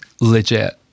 legit